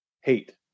Hate